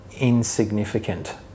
insignificant